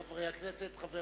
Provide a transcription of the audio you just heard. חברי הכנסת, חבר